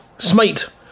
Smite